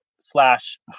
slash